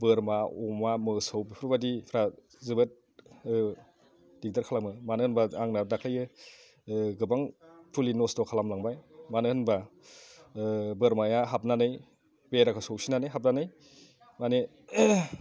बोरमा अमा मोसौ बेफोरबायदिफ्रा जोबोद दिग्दार खालामो मानो होनोबा आंना दाख्लैयो गोबां फुलि नस्थ' खालाम लांबाय मानो होनोबा बोरमाया हाबनानै बेराखौ सौसिनानै हाबनानै माने